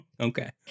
Okay